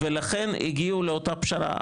ולכן, הגיעו לאותה פשרה.